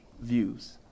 views